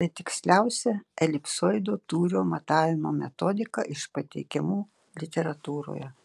tai tiksliausia elipsoido tūrio matavimo metodika iš pateikiamų literatūroje